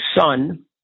son